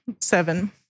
Seven